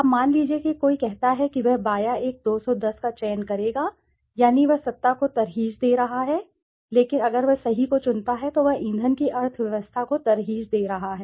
अब मान लीजिए कि कोई कहता है कि वह बायाँ एक 210 का चयन करेगा यानी वह सत्ता को तरजीह दे रहा है लेकिन अगर वह सही को चुनता है तो वह ईंधन की अर्थव्यवस्था को तरजीह दे रहा है